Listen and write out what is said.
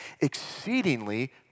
exceedingly